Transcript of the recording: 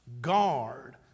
guard